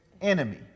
enemy